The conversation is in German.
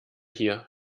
hier